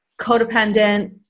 codependent